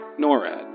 NORAD